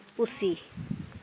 ᱯᱩᱥᱤ